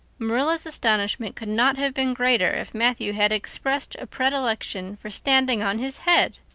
marilla's astonishment could not have been greater if matthew had expressed a predilection for standing on his head.